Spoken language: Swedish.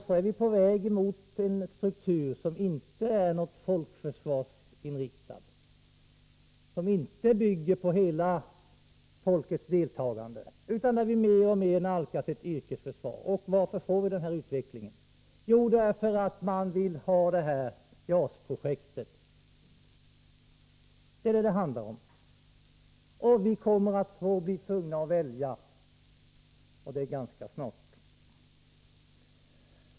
Så är vi på väg mot en struktur som inte är folkförsvarsinriktad, som inte bygger på hela folkets deltagande utan mer och mer nalkas ett yrkesförsvar. Varför får vi denna utveckling? Jo, därför att man vill ha JAS-projektet, det är vad det handlar om. Vi kommer att bli tvungna att välja, och det ganska snart.